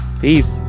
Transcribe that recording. peace